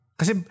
kasi